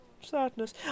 Sadness